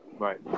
Right